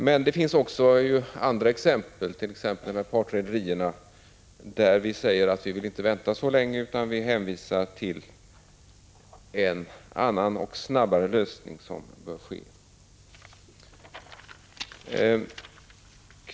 Men det finns också andra fall, t.ex. partrederierna, då vi säger att vi inte vill vänta så länge utan hänvisar till en annan och snabbare lösning.